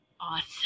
Awesome